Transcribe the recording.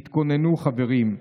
תתכוננו, חברים.